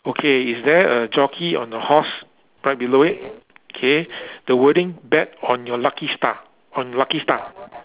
okay is there a jockey on a horse right below it K the wording bet on your lucky star on lucky star